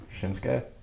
Shinsuke